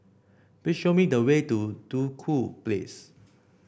please show me the way to Duku Place